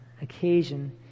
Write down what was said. occasion